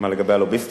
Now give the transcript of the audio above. מה, לגבי הלוביסטים?